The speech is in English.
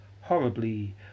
horribly